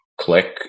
click